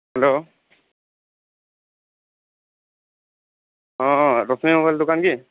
hello ହଁ ହଁ Lakshmi mobile ଦୋକାନ କି